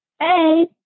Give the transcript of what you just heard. Hey